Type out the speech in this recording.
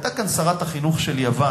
היתה כאן שרת החינוך של יוון,